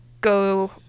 go